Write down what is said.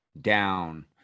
down